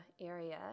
area